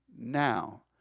Now